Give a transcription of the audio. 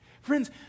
friends